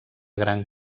gran